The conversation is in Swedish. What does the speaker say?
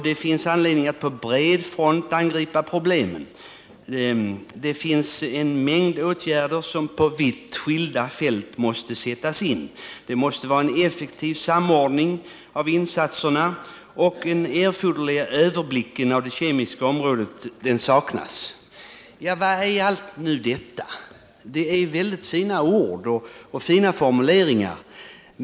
Det finns anledning att på bred front angripa problemen. En mängd åtgärder måste sättas in på vitt skilda fält. Det måste vara en effektiv samordning av insatserna. Den erforderliga överblicken över det kemiska området saknas. Vad är nu allt detta? Det är mycket fina ord och fina formuleringar.